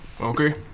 Okay